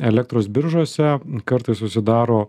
elektros biržose kartais susidaro